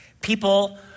people